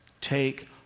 take